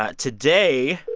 ah today,